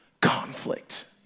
conflict